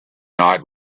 night